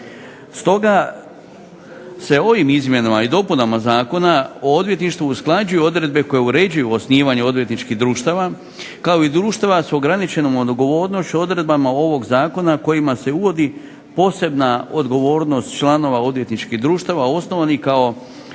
Stoga se ovim izmjenama i dopunama Zakona o odvjetništvu usklađuju odredbe koje uređuju odvjetničkih društava kao i društava sa ograničenom odgovornošću odredbama ovog zakona kojima se uvodi posebna odgovornost članova odvjetničkih društava osnovanih kao